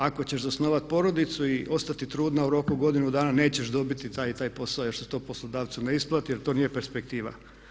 Ako ćeš zasnovat porodicu i ostati trudna u roku godinu dna nećeš dobiti taj i taj posao jer su to poslodavcu neisplati jer to nije perspektiva.